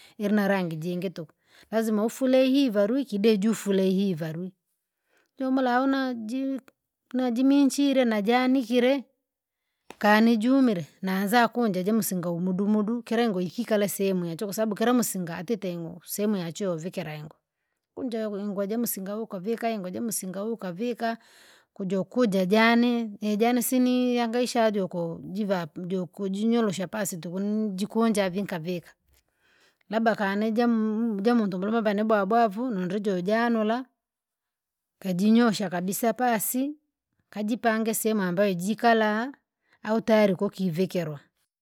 Irina rangi jingi tuku, lazima ufure hii varwi kide jufura ihi varwi, jomola una jik- najimchile najinkile. Kani jumire naanza kunja jamsinga umudumudu, kira ngoo ikikala sehemu yachu kwasababu kila musinga atite ingoo sehemu choo uvikira ingoo, kunja ingoo ingoo jamsinga ukavika ingoo jamsinga uhu ukavika, kujo ukuja jane, nijane sini yangaisha juku jiva pu- joku jinyorosha pasi tuku nu- jikunja vii nkavika. Labda kane jam- jamundu mulume aba nibwabwavu nundrijo janula, kajinyosha kabisa pasi, kajipange sehemu ambayo jikala aha au tayari kokivikirwa.